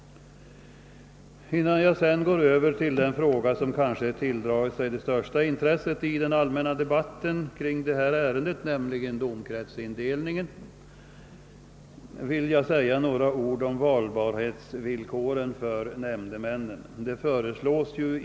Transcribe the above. Innan jag går över till den fråga som kanske tilldragit sig det största intresset i den allmänna debatten kring detta ärende, domkretsindelningen, vill jag säga några ord om valbarhetsvillkoren för nämndemännen.